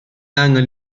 angen